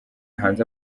hanze